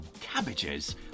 cabbages